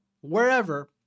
wherever